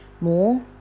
more